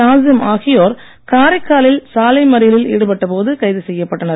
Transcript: நாஜிம் ஆகியோர் காரைக்காலில் சாலை மறியலில் ஈடுபட்ட போது கைது செய்யப்பட்டனர்